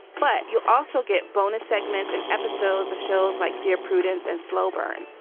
but you also get bonus segments and episodes of shows like dear prudence and slow burn.